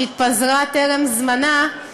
שהתפזרה טרם זמנה,